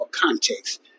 context